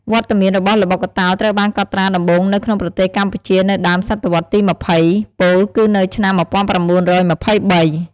វត្តមានរបស់ល្បុក្កតោត្រូវបានកត់ត្រាដំបូងនៅក្នុងប្រទេសកម្ពុជានៅដើមសតវត្សរ៍ទី២០ ពោលគឺនៅឆ្នាំ១៩២៣។